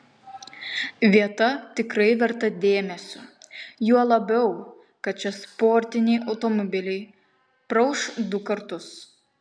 vieta tikrai verta dėmesio juo labiau kad čia sportiniai automobiliai praūš du kartus